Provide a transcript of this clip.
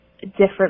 different